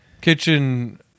kitchen